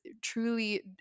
truly